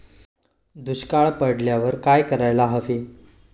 दुष्काळ पडल्यावर काय करायला हवे?